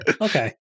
Okay